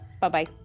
Bye-bye